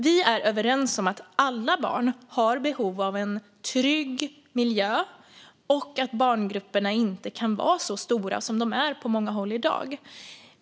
Vi är överens om att alla barn har behov av en trygg miljö och att barngrupperna inte kan vara så stora som de är på många håll i dag.